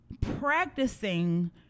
practicing